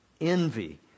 envy